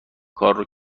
کارو